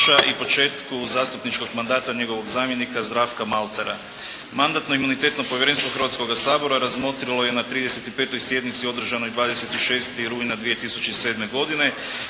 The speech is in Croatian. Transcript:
i početku zastupničkog mandata njegovog zamjenika Zdravka Maltara. Mandatno-imunitetno povjerenstvo Hrvatskoga sabora razmotrilo je na 35. sjednici održanoj 26. rujna 2007. godine